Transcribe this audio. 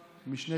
שלנו.